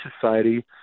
Society